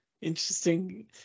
Interesting